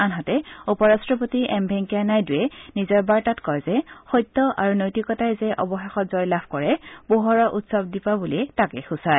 আনহাতে উপ ৰাষ্টপতি এম ভেংকায়া নাইডুৱে নিজৰ বাৰ্তাত কয় যে সত্য আৰু নৈতিকতাই যে অৱশেষত জয়লাভ কৰে পোহৰৰ উৎসৱ দীপাৱলীয়ে তাকে সূচায়